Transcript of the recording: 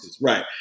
Right